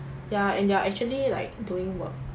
yeah and they're actually like doing work